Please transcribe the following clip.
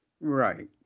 Right